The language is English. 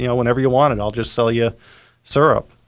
you know whenever you want it, i'll just sell you syrup,